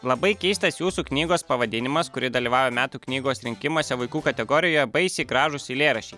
labai keistas jūsų knygos pavadinimas kuri dalyvauja metų knygos rinkimuose vaikų kategorijoje baisiai gražūs eilėraščiai